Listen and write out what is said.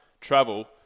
travel